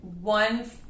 one